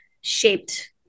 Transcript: shaped